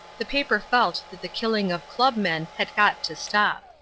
the paper felt that the killing of club men had got to stop.